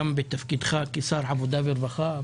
גם בתפקידך כשר העבודה והרווחה,